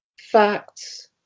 facts